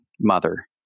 mother